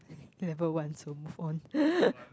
level one so move on